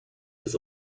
his